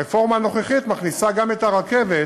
הרפורמה הנוכחית מכניסה גם את הרכבת